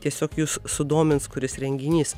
tiesiog jus sudomins kuris renginys